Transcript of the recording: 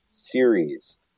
series